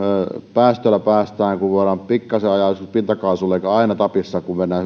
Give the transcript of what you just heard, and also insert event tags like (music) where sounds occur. päästöillä päästään kun voidaan pikkaisen ajaa joskus pintakaasulla eikä aina tapissa kuin silloin kun mennään (unintelligible)